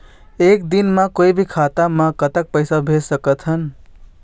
एक दिन म कोई भी खाता मा कतक पैसा भेज सकत हन?